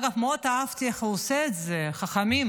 אגב, אהבתי מאוד איך הוא עושה את זה, חכמים,